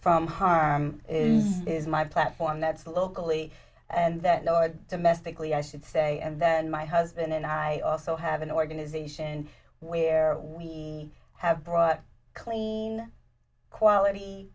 from harm is my platform that's the locally and that no it domestically i should say and then my husband and i also have an organization where we have brought clean quality